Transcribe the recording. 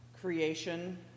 creation